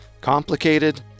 Complicated